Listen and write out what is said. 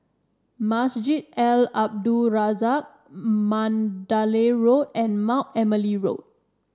Masjid Al Abdul Razak Mandalay Road and Mount Emily Road